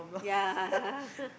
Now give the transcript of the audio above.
yeah